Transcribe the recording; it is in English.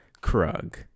Krug